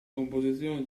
composizione